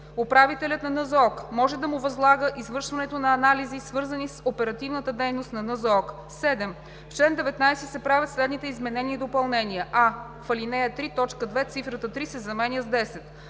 управителят на НЗОК може да му възлага извършването на анализи, свързани с оперативната дейност на НЗОК.“ 7. В чл. 19 се правят следните изменения и допълнения: а) в ал. 3, т. 2 цифрата „3“ се заменя с „10“;